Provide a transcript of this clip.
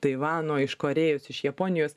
taivano iš korėjos iš japonijos